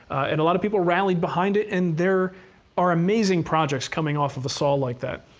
and a lot of people rallied behind it, and there are amazing projects coming off of a saw like that.